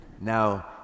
now